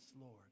Lord